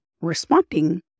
responding